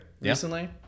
recently